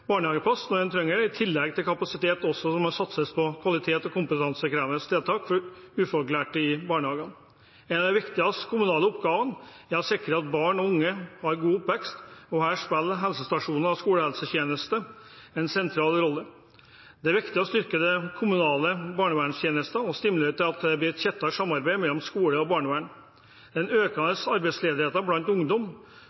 barnehageplass når en trenger det. I tillegg til kapasitet må det også satses på kvalitet og kompetansekrevende tiltak for ufaglærte i barnehagene. En av de viktigste kommunale oppgavene er å sikre at barn og unge har en god oppvekst, og her spiller helsestasjoner og skolehelsetjeneste en sentral rolle. Det er viktig å styrke den kommunale barneverntjenesten og stimulere til at det blir et tettere samarbeid mellom skole og barnevern. Den økende arbeidsledigheten blant ungdom